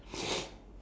oh